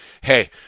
hey